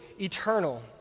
eternal